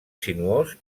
sinuós